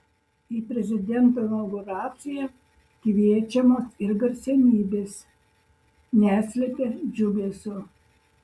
į prezidento inauguraciją kviečiamos ir garsenybės neslepia džiugesio